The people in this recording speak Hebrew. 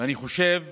ואני חושב